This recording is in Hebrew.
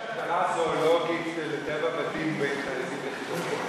יש הגדרה זואולוגית של "אדם טבע ודין" של חרדים וחילונים?